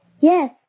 Yes